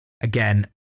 again